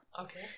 Okay